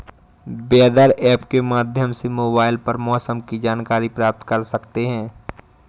weather app के माध्यम से मोबाइल पर मौसम की जानकारी प्राप्त कर सकते हैं